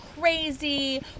crazy